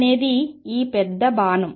అనేది ఈ పెద్ద బాణం